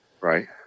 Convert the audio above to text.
Right